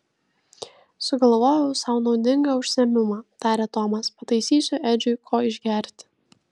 sugalvojau sau naudingą užsiėmimą tarė tomas pataisysiu edžiui ko išgerti